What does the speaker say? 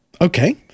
okay